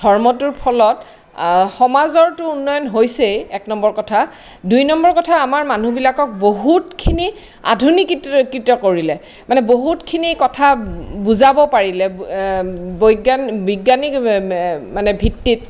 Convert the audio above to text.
ধৰ্মটোৰ ফলত সমাজৰতো উন্নয়ন হৈছেই এক নম্বৰ কথা দুই নম্বৰ কথা আমাৰ মানুহবিলাকক বহুতখিনি আধুনিকৃত কৰিলে মানে বহুতখিনি কথা বুজাব পাৰিলে বিজ্ঞানিক মানে ভিত্তিত